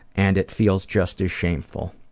and it feels just as shameful.